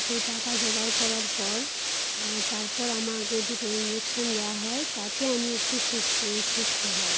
সেই টাকা জোগাড় করার পর তারপর আমাকে দুটো ইঞ্জেকশন দেওয়া হয় তাতে আমি একটু সিস্ত সুস্থ হই